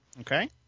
Okay